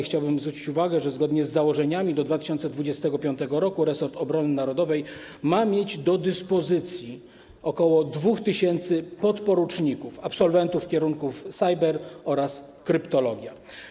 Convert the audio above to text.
Chciałbym zwrócić uwagę, że zgodnie z założeniami do 2025 r. resort obrony narodowej ma mieć do dyspozycji ok. 2000 podporuczników, absolwentów kierunków cyber oraz kryptologia.